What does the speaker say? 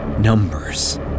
numbers